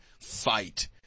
fight